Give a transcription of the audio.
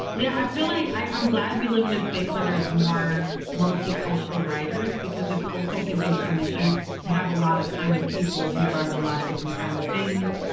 yeah, i feel like i'm glad we live in a space where there's more multicultural writers because it's also giving permission to have a lot of kind of people who write a lot of different kinds of things.